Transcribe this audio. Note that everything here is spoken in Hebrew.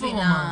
איפה הוא אמר?